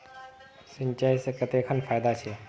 सिंचाई से कते खान फायदा छै?